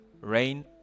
rain